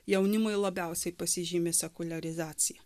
jaunimui labiausiai pasižymi sekuliarizacija